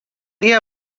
dia